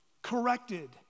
corrected